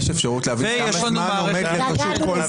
יש אפשרות להבין כמה זמן עומד לרשות כל דובר?